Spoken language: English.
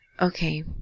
Okay